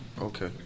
Okay